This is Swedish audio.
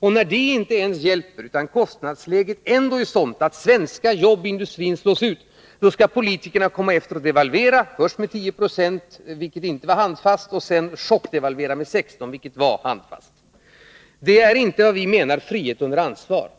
Och när inte ens det hjälper, utan kostnadsläget ändå är sådant att svenska jobb i industrin slås ut, då skall politikerna komma efter och devalvera, först med 10 90 — vilket inte var handfast — och sedan chockdevalvera med 16 92, vilket var handfast. Det är inte vad vi menar med frihet under ansvar.